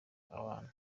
abantu